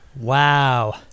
Wow